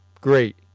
great